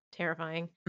Terrifying